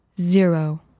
zero